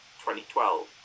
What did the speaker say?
2012